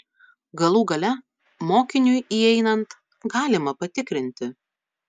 galų gale mokiniui įeinant galima patikrinti